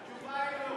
התשובה היא לא.